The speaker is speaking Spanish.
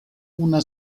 una